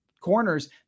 corners